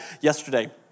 yesterday